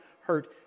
hurt